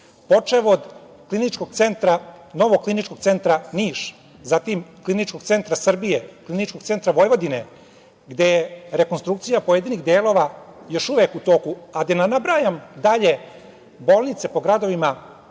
počev od novog Kliničkog centra Niš, zatim Kliničkog centra Srbije, Kliničkog centra Vojvodine, gde je rekonstrukcija pojedinih delova još uvek u toku, a da ne nabrajam dalje bolnice po gradovima